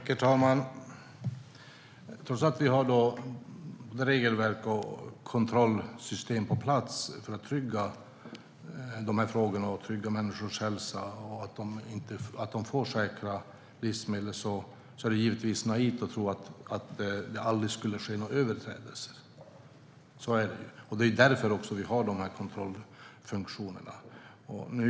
Herr talman! Trots att vi har regelverk och kontrollsystem på plats för att trygga människors hälsa och säkra livsmedel är det givetvis naivt att tro att det aldrig skulle ske några överträdelser. Det är därför vi har de här kontrollfunktionerna.